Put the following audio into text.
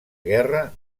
guerra